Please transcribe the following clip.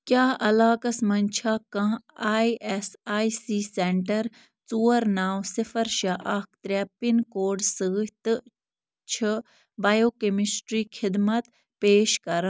کیٛاہ علاقس مَنٛز چھا کانٛہہ A S A C centre ژور نَو صِفَر شےٚ اَکھ ترٛےٚ پِن کوڈ سۭتۍ تہٕ چھِ بایو کیٚمِسٹرٛی خدمت پیش کران